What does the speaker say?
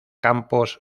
campos